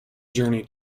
journey